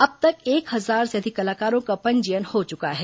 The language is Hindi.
अब तक एक हजार से अधिक कलाकारों का पंजीयन हो चुका है